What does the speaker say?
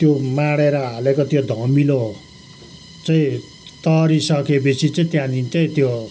त्यो माडेर हालेको त्यो धमिलो चाहिँ तरिसकेपेछि चाहिँ त्यहाँदेखि चाहिँ त्यो